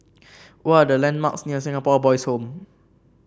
what are the landmarks near Singapore Boys' Home